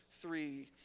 three